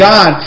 God